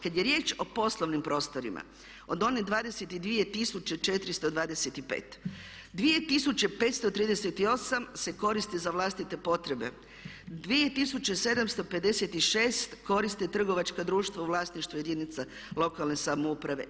Kad je riječ o poslovnim prostorima, od one 22 tisuće 425, 2538 se koristi za vlastite potrebe, 2756 koriste trgovačka društva u vlasništvu jedinica lokalne samouprave.